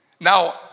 Now